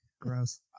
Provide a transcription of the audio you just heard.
gross